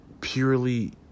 purely